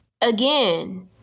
again